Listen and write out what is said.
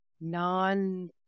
non